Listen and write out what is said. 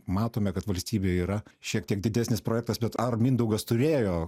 matome kad valstybė yra šiek tiek didesnis projektas bet ar mindaugas turėjo